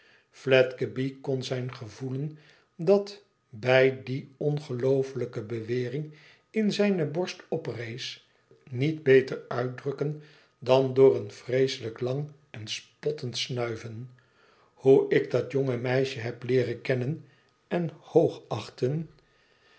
fledgeby kon zijn gevoelen dat bij die ongeloofelijke bewering in zijne borst oprees niet beter uitdrukken dan door een vreeselijk lang en spottend snuiven hoe ik dat jonge meisje heb leeren kennen en